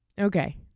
Okay